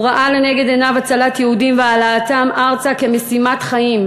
הוא ראה לנגד עיניו הצלת יהודים והעלאתם ארצה כמשימת חיים,